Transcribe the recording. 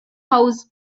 house